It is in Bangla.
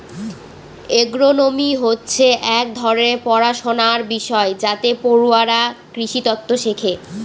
এগ্রোনোমি হচ্ছে এক ধরনের পড়াশনার বিষয় যাতে পড়ুয়ারা কৃষিতত্ত্ব শেখে